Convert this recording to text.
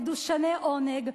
מדושני עונג,